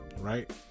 Right